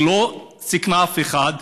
היא לא סיכנה אף אחד,